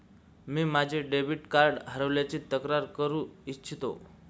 मी माझे debit card हरवल्याची तक्रार करू इच्छितो